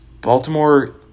Baltimore